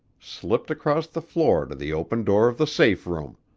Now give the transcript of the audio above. slipped across the floor to the open door of the safe room.